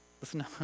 Listen